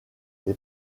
les